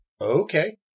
Okay